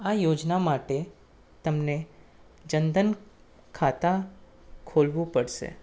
આ યોજના માટે તમને જન ધન ખાતું ખોલવું પડશે